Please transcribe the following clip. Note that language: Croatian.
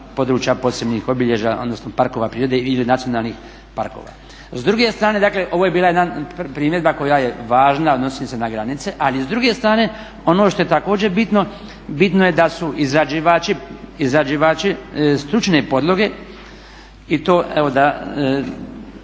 područja posebnih obilježja odnosno parkova prirode ili nacionalnih parkova. S druge strane ovo je bila jedna primjedba koja je važna, a odnosi se na granice, ali s druge strane ono što je također bitno, bitno je da su izrađivači stručne podloge i to dr.sc.